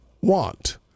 want